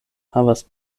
havas